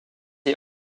est